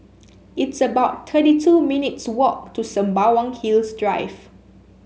it's about thirty two minutes walk to Sembawang Hills Drive